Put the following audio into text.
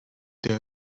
the